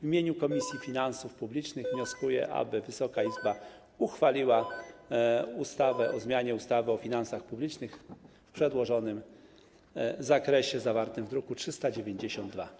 W imieniu Komisji Finansów Publicznych wnioskuję, aby Wysoka Izba uchwaliła ustawę o zmianie ustawy o finansach publicznych w przedłożonym zakresie, druk nr 392.